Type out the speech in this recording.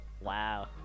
Wow